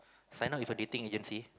sign up with a dating agency